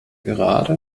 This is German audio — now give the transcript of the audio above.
gerade